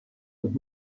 und